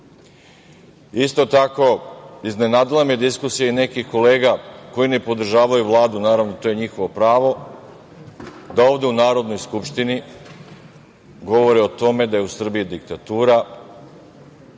tako, iznenadila me je diskusija i nekih kolega koji ne podržavaju Vladu, naravno, to je njihovo pravo, da ovde u Narodnoj skupštini govore o tome da je u Srbiji diktatura,